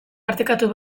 partekatu